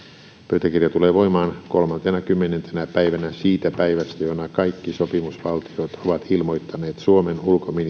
pöytäkirja tulee voimaan kolmantenakymmenentenä päivänä siitä päivästä jona kaikki sopimusvaltiot ovat ilmoittaneet suomen